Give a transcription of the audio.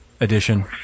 edition